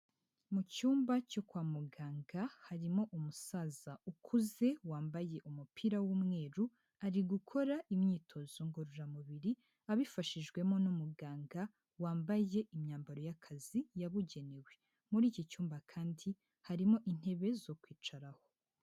Mu cyumba cyo kwa muganga, harimo umusaza ukuze, wambaye umupira w'umweru, ari gukora imyitozo ngororamubiri, abifashijwemo n'umuganga wambaye imyambaro y'akazi yabugenewe. Muri iki cyumba kandi, harimo intebe zo kwicaraho.